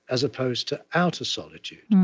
as opposed to outer solitude.